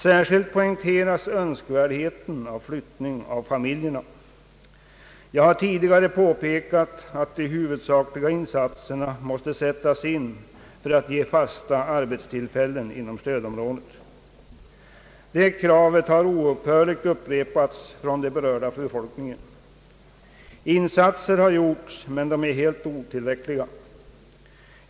Särskilt poängteras önskvärdheten av flyttning av familjerna. Jag har tidigare påpekat att de huvudsakliga åtgärderna måste sättas in för att skapa fasta arbetstillfällen inom stödområdet. Det kravet har oupphörligt upprepats från den berörda befolkningen. Insatser har gjorts, men de är klart otill räckliga.